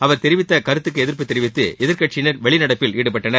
அவர் தெரிவித்த கருத்துக்கு எதிர்ப்பு தெரிவித்து எதிர்க்கட்சியினர் வெளிநடப்பில் ஈடுபட்டனர்